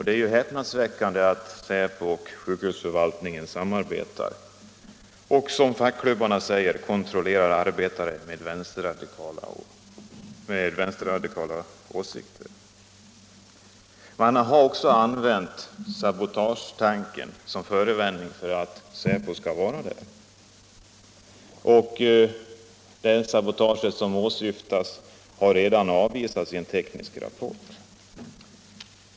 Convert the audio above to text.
Det är häpnadsväckande att Säpo och sjukhusförvaltningen samarbetar och, som fackklubbarna säger, kontrollerar arbetare med vänsterradikala åsikter. Man har också anmält sabotagetanken som förevändning för Säpos närvaro. Misstanken om sabotage vid den händelse som åsyftats har redan avvisats i en teknisk rapport.